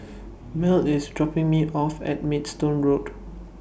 Mell IS dropping Me off At Maidstone Road